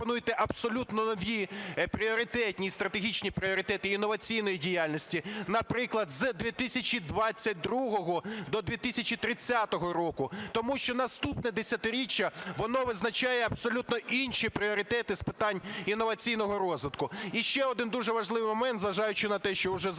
запропонуйте абсолютно нові пріоритетні і стратегічні пріоритети інноваційної діяльності, наприклад, з 2022-го до 2030 року. Тому що наступне десятиріччя, воно визначає абсолютно інші пріоритети з питань інноваційного розвитку. І ще один дуже важливий момент, зважаючи на те, що вже задали